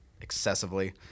excessively